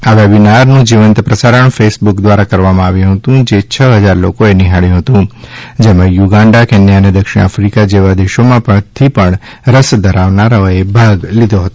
આ વેબિનારનું જીવંત પ્રસારણ ફેસબુક દ્વારા કરવામાં આવ્યું હતું જે છ હજાર લોકોએ નિહાળ્યું હતું જેમાં યુગાન્ડા કેન્યા અને દક્ષિણ આફિકા જેવા દેશોમાંથી રસ ધરાવનારાઓએ ભાગ લીધો હતો